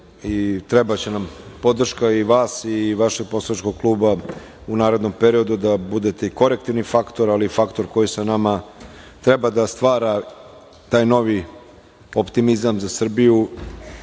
Trebaće nam podrška i vas i vašeg poslaničkog kluba u narednom periodu da budete korektivni faktor, ali i faktor koji sa nama treba da stvara taj novi optimizam za Srbiju,